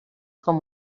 com